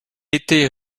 était